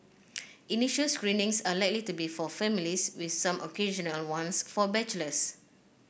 initial screenings are likely to be for families with some occasional ones for bachelors